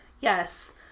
Yes